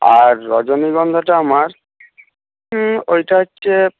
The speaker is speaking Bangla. আর রজনীগন্ধাটা আমার ওইটা হচ্ছে